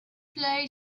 play